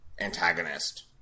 antagonist